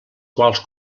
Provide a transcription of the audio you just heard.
quals